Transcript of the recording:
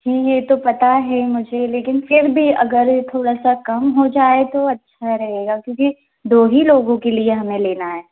ये तो पता है मुझे लेकिन फिर भी थोड़ा सा कम हो जाए तो अच्छा रहेगा क्योंकि दो ही लोग के लिए लेना है